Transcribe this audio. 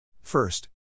First